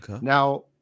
now